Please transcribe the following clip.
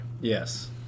Yes